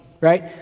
right